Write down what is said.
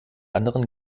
anderen